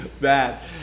bad